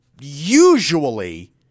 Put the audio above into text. usually